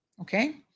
okay